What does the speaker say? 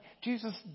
Jesus